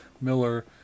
miller